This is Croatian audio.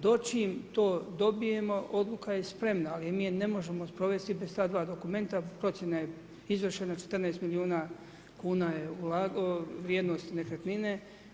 Do čim to dobijemo, odluka je spreman, ali mi je ne možemo sprovesti bez ta dva dokumenta, procjena je izvršena, 14 milijuna kuna je vrijednost nekretnine.